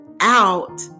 out